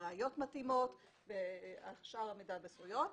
בראיות מתאימות ועמידה על זכויות.